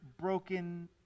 broken